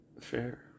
Fair